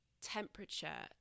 temperature